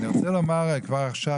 אני רוצה לומר כבר עכשיו,